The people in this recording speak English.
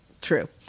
true